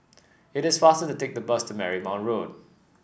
it is faster to take the bus to Marymount Road